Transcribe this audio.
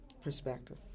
perspective